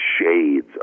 shades